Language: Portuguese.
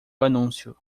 anúncio